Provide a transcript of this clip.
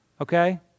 Okay